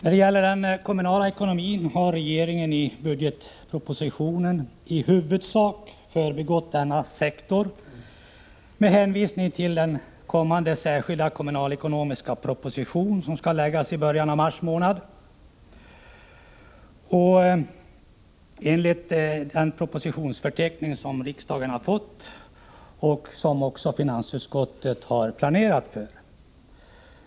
Regeringen har i budgetpropositionen i huvudsak förbigått den kommuna la sektorn med hänvisning till kommande kommunalekonomiska proposition, som — enligt den propositionsförteckning som riksdagen har fått och finansutskottet har planerat efter — skulle läggas fram i början av mars månad.